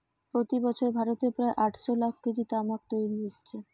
প্রতি বছর ভারতে প্রায় আটশ লাখ কেজি তামাক তৈরি হচ্ছে